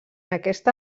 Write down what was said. aquesta